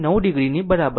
9 o ની બરાબર છે